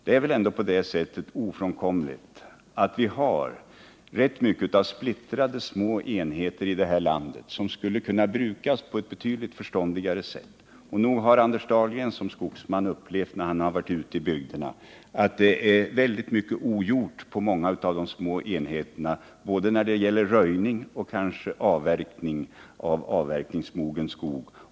Det är väl ändå ofrånkomligt att vi i detta land har ganska många splittrade, små enheter, som skulle kunna brukas på ett betydligt förståndigare sätt. Och nog har Anders Dahlgren som skogsman när han har varit ute i bygderna upplevt att det är mycket ogjort på de små enheterna, när det gäller både röjning och avverkning av avverk ningsmogen skog.